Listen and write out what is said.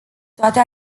toate